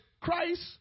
Christ